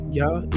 Y'all